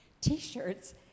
t-shirts